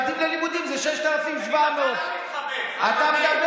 ממדים ללימודים זה 6,700. תגיד,